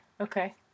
Okay